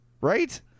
right